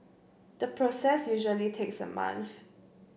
the process usually takes a month